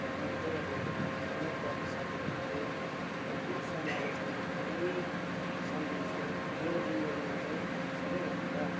र गाउँकै अब सँगै पढ्ने साथी भाइहरू थियो र त्यो समय एकदमै सम्झन्छु मेरो जिन्दगीमा चाहिँ सबैभन्दा